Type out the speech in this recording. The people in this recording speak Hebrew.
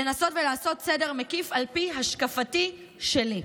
לנסות ולעשות סדר מקיף על פי השקפתי שלי.